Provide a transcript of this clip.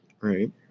Right